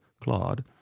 Claude